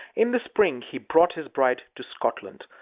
in the spring he brought his bride to scotland.